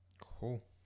cool